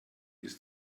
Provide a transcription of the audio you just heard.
ist